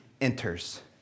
enters